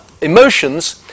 emotions